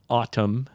autumn